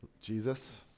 Jesus